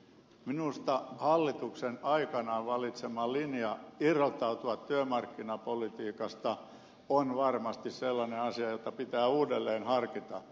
minusta hallituksen aikanaan valitsema linja irrottautua työmarkkinapolitiikasta on varmasti sellainen asia jota pitää uudelleen harkita